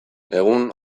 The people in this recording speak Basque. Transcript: egun